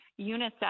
UNICEF